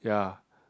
ya